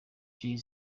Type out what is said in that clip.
jay